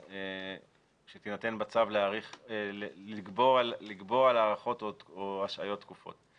שתינתן בצו לגבור על הארכות או השהיות תקופות,